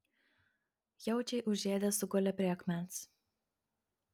jaučiai užėdę sugulė prie akmens